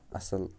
اَصٕل